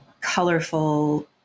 colorful